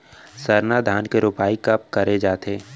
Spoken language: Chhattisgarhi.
सरना धान के रोपाई कब करे जाथे?